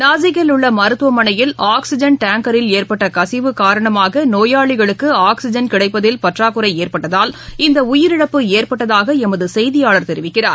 நாசிக்கில் உள்ளமருத்துவமனையில் ஆக்ஸிஜன் டேங்கரில் ஏற்பட்டகசிவு காரணமாகநோயாளிகளுக்கு ஆக்ஸிஜன் கிடைப்பதில் பற்றாக்குறைஏற்பட்டதால் இந்தஉயிரிழப்பு ஏற்பட்டதாகளமதசெய்தியாளர் தெரிவிக்கிறார்